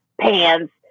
pants